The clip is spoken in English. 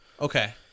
Okay